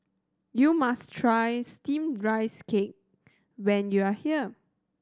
you must try Steamed Rice Cake when you are here